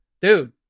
dude